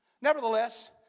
Nevertheless